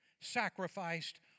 sacrificed